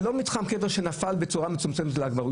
זה לא מתחם קבר שנפל בצורה מצומצמת בל"ג בעומר.